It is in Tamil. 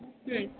ம்